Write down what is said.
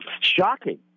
Shocking